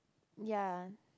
ya